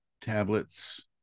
tablets